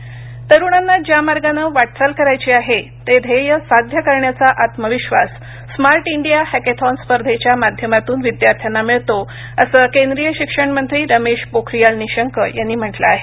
hackathon तरुणांना ज्या मार्गानं वाटचाल करायची आहे ते ध्येय साध्य करण्याचा आत्मविश्वास स्मार्ट इंडिया हॅकेथॉन स्पर्धेच्या माध्यमातून विद्यार्थ्यांना मिळतो असं केंद्रीय शिक्षण मंत्री रमेश पोखरियाल निशंक यांनी म्हटलं आहे